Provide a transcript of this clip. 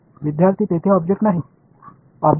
பொருள் இருக்கும் போதா அல்லது இல்லாதபோதா